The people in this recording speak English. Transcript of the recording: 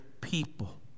people